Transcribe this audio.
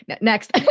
next